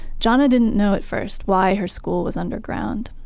jana didn't know at first why her school was underground.